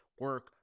Work